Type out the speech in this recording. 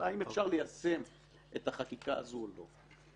אלא אם אפשר ליישם את החקיקה הזו או לא.